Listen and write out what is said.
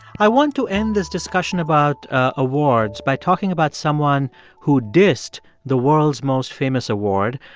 i want to end this discussion about awards by talking about someone who dissed the world's most famous award.